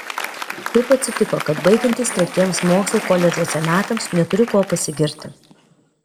kaip atsitiko kad baigiantis tretiems mokslų koledžuose metams neturiu kuo pasigirti